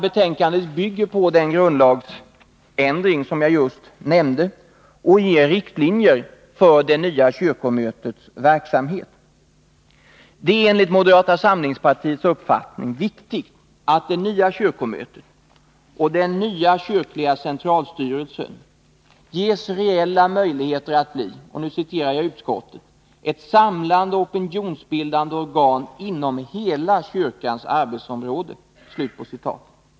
Betänkandet bygger på den grundlagsändring som jag just nämnde och ger riktlinjer för det nya kyrkomötets verksamhet. Det är enligt moderata samlingspartiets uppfattning viktigt att det nya kyrkomötet och den nya kyrkliga centralstyrelsen ges reella möjligheter att bli — för att citera utskottets skrivning — ”ett samlande och opinionsbildande organ inom kyrkans hela arbetsområde”.